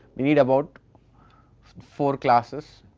you read about four classes